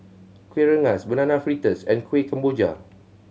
Kueh Rengas Banana Fritters and Kuih Kemboja